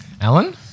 Alan